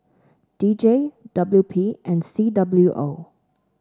D J W P and C W O